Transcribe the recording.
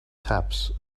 tabs